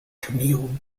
camille